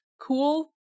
cool